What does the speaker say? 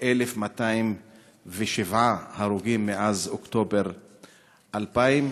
ל-1,207 הרוגים מאז אוקטובר 2000,